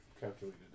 calculated